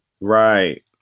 Right